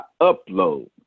upload